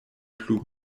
plu